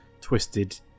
twisted